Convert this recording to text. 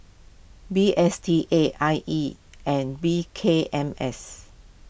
D S T A I E and P K M S